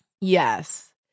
Yes